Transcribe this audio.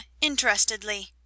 interestedly